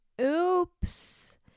oops